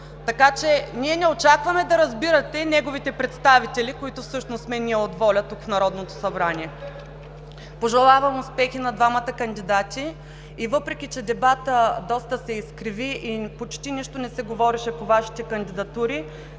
Ние не очакваме да разбирате неговите представители, които всъщност в Народното събрание сме ние от ВОЛЯ. Пожелавам успех и на двамата кандидати и въпреки че дебатът доста се изкриви и почти нищо не се говореше по Вашите кандидатури,